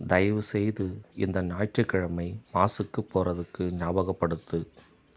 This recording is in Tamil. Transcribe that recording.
தயவுசெய்து இந்த ஞாயிற்றுக்கிழமை மாஸுக்கு போகிறதுக்கு ஞாபகப்படுத்து